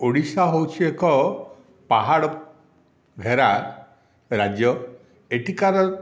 ଓଡ଼ିଶା ହେଉଛି ଏକ ପାହାଡ଼ ଘେରା ରାଜ୍ୟ ଏଠିକାର